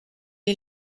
est